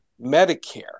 Medicare